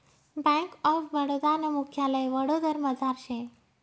bank of Baroda नं मुख्यालय वडोदरामझार शे